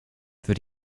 für